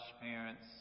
parents